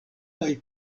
kaj